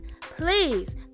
please